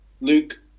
Luke